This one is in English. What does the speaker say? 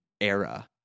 era